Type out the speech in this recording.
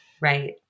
Right